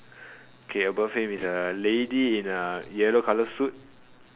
K above him is a lady in a yellow colour suit